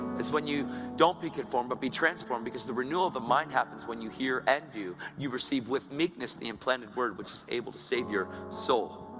it's when you don't be conformed, but be transformed because the renewal of the mind happens when you hear and do, when you receive with meekness the implanted word which is able to save your soul.